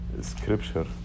scripture